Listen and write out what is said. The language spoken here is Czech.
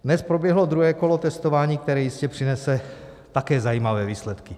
Dnes proběhlo druhé kolo testování, které jistě přinese také zajímavé výsledky.